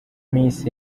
miss